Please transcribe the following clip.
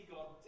God